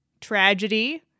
tragedy